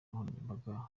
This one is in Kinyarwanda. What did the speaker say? nkoranyambaga